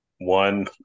one